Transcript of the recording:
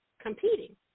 competing